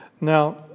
Now